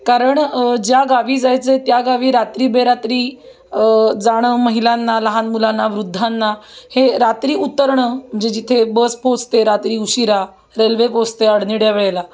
कारण ज्या गावी जायचं आहे त्या गावी रात्री बेरात्री जाणं महिलांना लहान मुलांना वृद्धांना हे रात्री उतरणं म्हणजे जिथे बस पोहचते रात्री उशीरा रेल्वे पोहचते अडनिड्या वेळेला